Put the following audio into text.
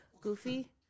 Goofy